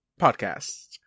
podcast